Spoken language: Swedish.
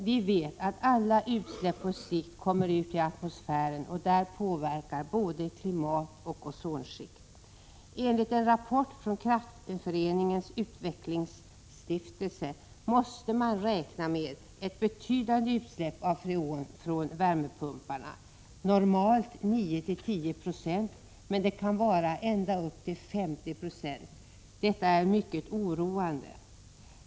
Vi vet att alla utsläpp på sikt kommer ut i atmosfären och där påverkar både klimat och ozonskikt. Enligt en rapport från Kraftföreningens utvecklingsstiftelse måste man räkna med ett betydande utsläpp av freon från värmepumparna — normalt 9—-10 26, men det kan vara ända upp till 50 26. Det är mycket oroande.